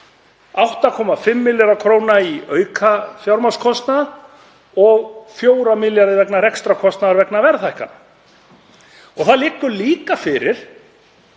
8,5 milljarðar í aukafjármagnskostnað og 4 milljarðar vegna rekstrarkostnaðar vegna verðhækkana. Það liggur líka fyrir,